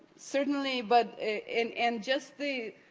certainly, but and and just the,